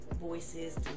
voices